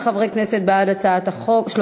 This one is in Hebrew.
12 חברי כנסת בעד הצעת החוק,